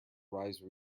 rise